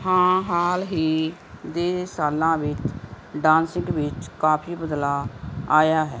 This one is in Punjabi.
ਹਾਂ ਹਾਲ ਹੀ ਦੇ ਸਾਲਾਂ ਵਿੱਚ ਡਾਂਸਿਕ ਵਿੱਚ ਕਾਫੀ ਬਦਲਾਅ ਆਇਆ ਹੈ